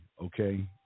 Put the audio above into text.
okay